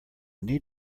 need